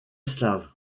slave